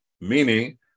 Meaning